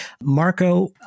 Marco